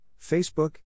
Facebook